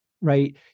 right